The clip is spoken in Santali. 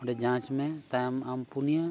ᱚᱸᱰᱮ ᱡᱟᱸᱪᱢᱮ ᱛᱟᱭᱚᱢ ᱟᱢ ᱯᱩᱱᱟᱭᱟᱹ